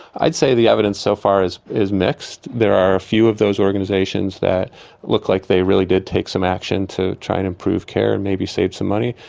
i'd say the evidence so far is mixed there are a few of those organisations that look like they really did take some action to try and improve care and maybe save some money.